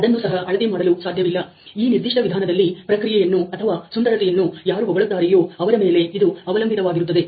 ಅದನ್ನು ಸಹ ಅಳತೆ ಮಾಡಲು ಸಾಧ್ಯವಿಲ್ಲ ಈ ನಿರ್ದಿಷ್ಟ ವಿಧಾನದಲ್ಲಿ ಪ್ರಕ್ರಿಯೆಯನ್ನು ಅಥವಾ ಸುಂದರತೆಯನ್ನು ಯಾರು ಹೊಗಳುತ್ತಾರೆಯೋ ಅವರ ಮೇಲೆ ಇದು ಅವಲಂಬಿತವಾಗಿರುತ್ತದೆ